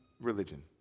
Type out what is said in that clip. religion